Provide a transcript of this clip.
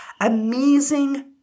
amazing